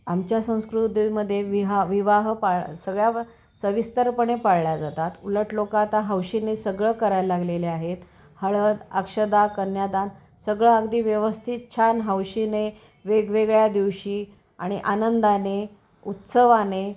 आमच्या संस्कृतीमध्ये विहा विवाह पाळ सगळ्या सविस्तरपणे पाळल्या जातात उलट लोक आता हौसेने सगळं करायला लागलेले आहेत हळद अक्षदा कन्यादान सगळं अगदी व्यवस्थित छान हौसेने वेगवेगळ्या दिवशी आणि आनंदाने उत्सवाने